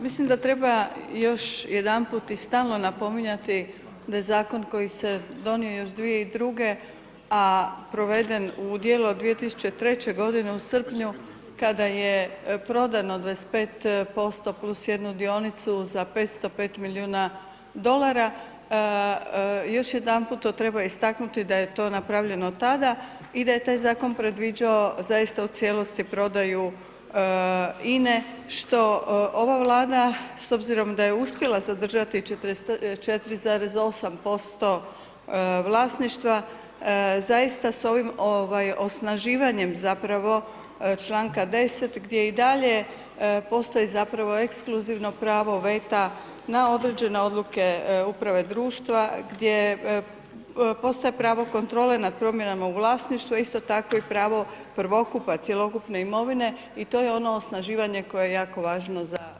Mislim da treba još jedanput i stalno napominjati da zakon koji se donio još 2002. a proveden u djelo od 2003. u srpnju kada je prodano 25% + 1 dionicu za 505 milijuna dolara, još jedanput to treba istaknuti da je to napravljeno tada i da je taj zakon predviđao zaista u cijelosti prodaju INA-e što ova Vlada s obzirom da je uspjela zadržati 4,8% vlasništva, zaista sa ovim osnaživanjem zapravo članka 10. gdje i dalje postoji zapravo ekskluzivno pravo veta na određene odluke uprave društva gdje postoji pravo kontrole nad promjenama u vlasništvu a isto tako i pravo prvokupa cjelokupne imovine i to je ono osnaživanje koje je jako važno za